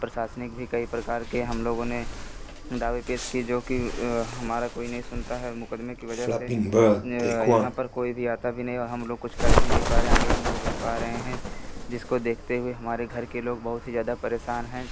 प्रशासनिक भी कई प्रकार के हम लोगों ने दावे पेश किए जो कि हमारा कोई नहीं सुनता है और मुक़दमे की वजह से यहाँ पर कोई भी आता भी नहीं और हम लोग कुछ कर भी नहीं पा रहें आगे भी नहीं बढ़ पा रहे हैं जिसको देखते हुए हमारे घर के लोग बहुत ही ज़्यादा परेशान हैं